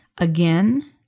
again